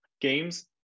games